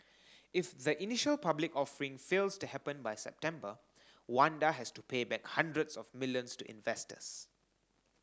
if the initial public offering fails to happen by September Wanda has to pay back hundreds of millions to investors